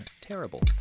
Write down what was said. terrible